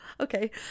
Okay